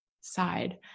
side